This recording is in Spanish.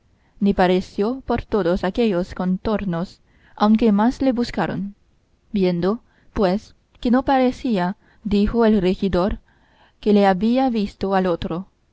ni pareció por todos aquellos contornos aunque más le buscaron viendo pues que no parecía dijo el regidor que le había visto al otro